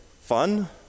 fun